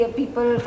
people